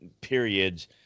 periods